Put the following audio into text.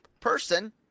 person